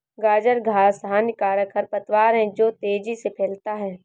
गाजर घास हानिकारक खरपतवार है जो तेजी से फैलता है